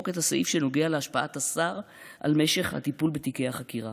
את הסעיף שנוגע להשפעת השר על משך הטיפול בתיקי החקירה.